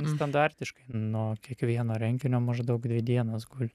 standartiškai nuo kiekvieno renginio maždaug dvi dienas guli